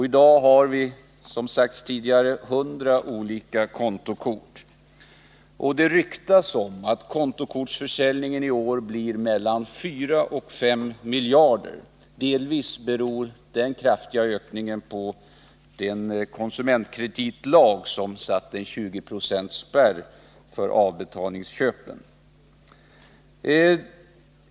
I dag har vi, som sagts tidigare, ca 100 olika kontokort, och det ryktas om att kontokortsförsäljningen i år blir mellan 4 och 5 miljarder. Den kraftiga ökningen beror delvis på den 20-procentiga spärr som genom konsumentkreditlagen sattes på avbetalningsköp.